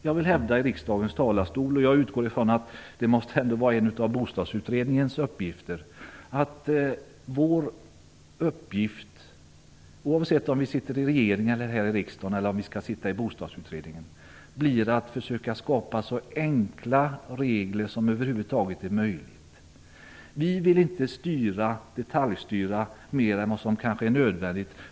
Jag vill från riksdagens talarstol hävda att vår uppgift, oavsett om vi sitter i regering eller riksdag eller i Bostadsutredningen, är att försöka skapa så enkla regler som över huvud taget är möjligt - jag utgår från att detta också är en av Bostadsutredningens uppgifter.